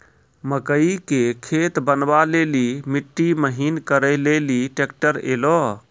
मकई के खेत बनवा ले ली मिट्टी महीन करे ले ली ट्रैक्टर ऐलो?